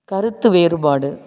கருத்து வேறுபாடு